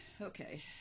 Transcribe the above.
Okay